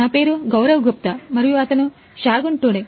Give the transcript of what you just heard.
నా పేరు గౌరవ్ గుప్తా మరియు అతను షాగున్ టుడు